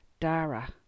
Dara